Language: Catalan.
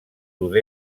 sud